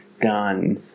done